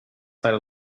side